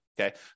Okay